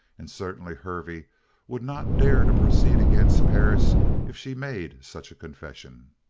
and certainly hervey would not dare to proceed against perris if she made such a confession.